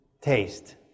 Taste